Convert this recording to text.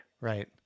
Right